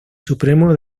supremo